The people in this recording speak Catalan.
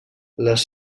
les